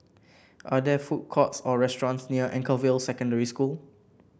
are there food courts or restaurants near Anchorvale Secondary School